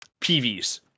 PVs